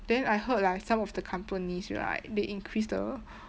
then I heard like some of the companies right they increase the